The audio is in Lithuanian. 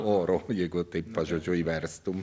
oro jeigu taip pažodžiui verstum